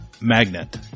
magnet